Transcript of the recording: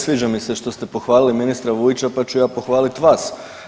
Sviđa mi se što ste pohvalili ministra Vujića pa ću ja pohvaliti vas.